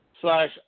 slash